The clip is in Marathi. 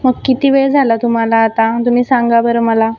मग किती वेळ झाला तुम्हाला आता तुम्ही सांगा बरं मला